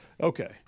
Okay